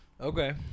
Okay